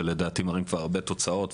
לדעתי מראים כבר הרבה תוצאות,